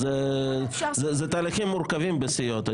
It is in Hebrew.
-- אלה תהליכים מורכבים בסיעות,